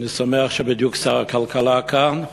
אני שמח ששר הכלכלה נמצא כאן,